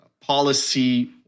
policy